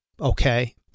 okay